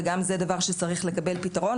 וגם זה דבר שצריך לקבל פתרון.